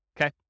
okay